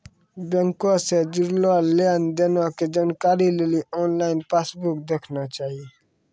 बैंको से जुड़लो लेन देनो के जानकारी लेली आनलाइन पासबुक देखना चाही